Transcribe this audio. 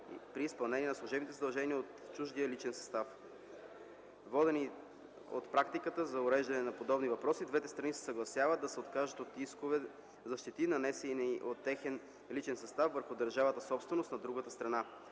при изпълнение на служебните задължения от чуждия личен състав. Водени от практиката за уреждане на подобни въпроси, двете страни се съгласяват да се откажат от искове за щети, нанесени от техен личен състав върху държавна собственост на другата страна.